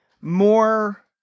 more